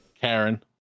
Karen